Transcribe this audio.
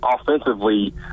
offensively